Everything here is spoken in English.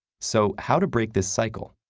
so, how to break this cycle?